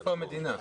איפה המדינה?